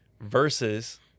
versus